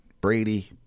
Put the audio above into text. Brady